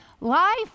Life